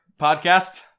podcast